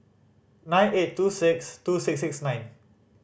nine eight two six two six six nine